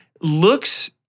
looks